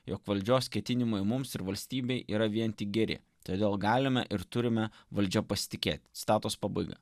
jog valdžios ketinimai mums ir valstybei yra vien tik geri todėl galime ir turime valdžia pasitikėti statosi pabuvę